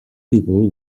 people